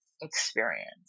experience